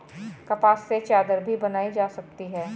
कपास से चादर भी बनाई जा सकती है